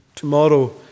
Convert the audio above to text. Tomorrow